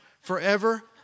forever